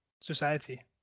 society